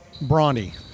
brawny